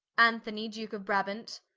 anthonie duke of brabant,